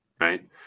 Right